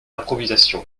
improvisation